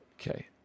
Okay